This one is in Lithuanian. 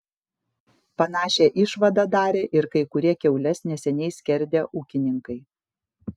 panašią išvadą darė ir kai kurie kiaules neseniai skerdę ūkininkai